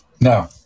No